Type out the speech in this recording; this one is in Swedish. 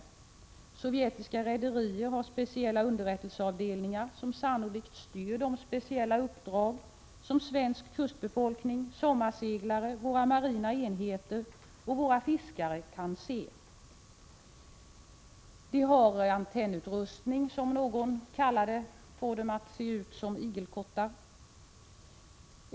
De sovjetiska rederierna har särskilda underrättelseavdelningar, som sannolikt styr de speciella uppdrag vilka svensk kustbefolkning, sommarseglare, våra marina enheter och våra fiskare kan iaktta. De har antennutrustning som, precis som någon uttryckte det, får dem att se ut som igelkottar.